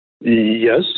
Yes